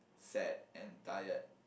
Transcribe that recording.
sad and tired